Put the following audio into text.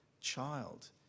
Child